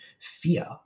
fear